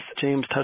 James